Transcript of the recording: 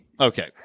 Okay